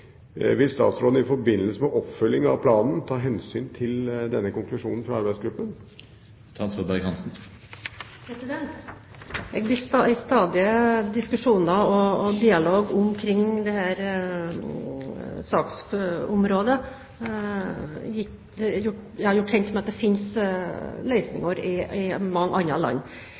Vil statstråden i forbindelse med oppfølgingen av planen ta hensyn til denne konklusjonen fra arbeidsgruppen? Jeg er i stadige diskusjoner og dialog omkring dette saksområdet gjort kjent med at det finnes løsninger i mange andre land.